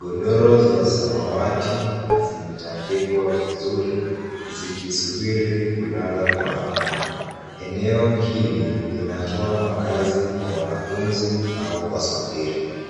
Godoro za samawati zimetandikwa vizuri, zikisubiri kulala kwa amani. Eneo hili linatoa makazi kwa wanafunzi au wasafiri.